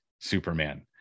Superman